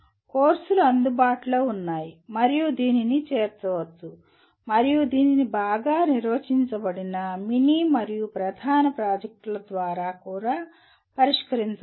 కోర్సులు అందుబాటులో ఉన్నాయి మరియు దీనిని చేర్చవచ్చు మరియు దీనిని బాగా నిర్వచించబడిన మినీ మరియు ప్రధాన ప్రాజెక్టుల ద్వారా కూడా పరిష్కరించవచ్చు